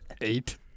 Eight